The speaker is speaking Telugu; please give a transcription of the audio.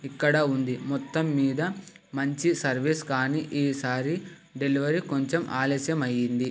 ఇక్కడ ఉంది మొత్తం మీద మంచి సర్వీస్ కానీ ఈసారి డెలివరీ కొంచెం ఆలస్యం అయ్యింది